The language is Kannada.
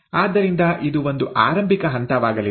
ಆದ್ದರಿಂದ ಇದು ಒಂದು ಆರಂಭಿಕ ಹಂತವಾಗಲಿದೆ